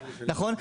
נכון?